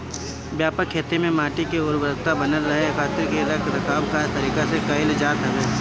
व्यापक खेती में माटी के उर्वरकता बनल रहे खातिर खेत के रख रखाव खास तरीका से कईल जात हवे